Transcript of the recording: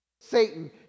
Satan